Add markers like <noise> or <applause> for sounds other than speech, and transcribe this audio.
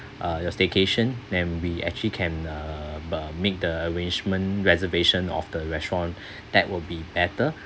uh your staycation then we actually can uh <noise> make the arrangement reservation of the restaurant <breath> that will be better